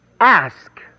ask